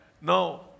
No